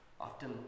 Often